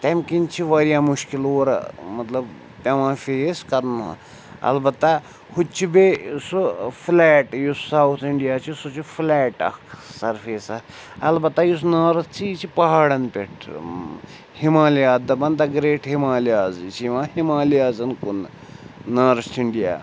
تَمہِ کِنۍ چھِ واریاہ مُشکِل اور مطلب پٮ۪وان فیس کَرُن اَلبتہ ہُہ تہِ چھِ بیٚیہِ سُہ فٕلیٹ یُس ساوُتھ اِنٛڈیا چھُ سُہ چھُ فٕلیٹ اَکھ سَرفیس اَکھ اَلبتہ یُس نارٕتھ چھِ یہِ چھِ پہاڑَن پٮ۪ٹھ ہِمالِیا دَپان دَ گرٛیٹ ہِمالِیاز یہِ چھِ یِوان ہِمالِیازَن کُن نارٕتھ اِنٛڈیا